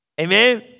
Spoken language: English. Amen